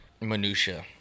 minutia